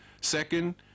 Second